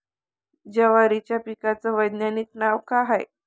जवारीच्या पिकाचं वैधानिक नाव का हाये?